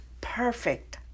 perfect